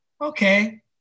Okay